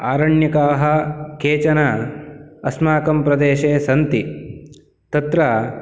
आरण्यकाः केचन अस्माकं प्रदेशे सन्ति तत्र